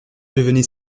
devenez